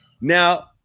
now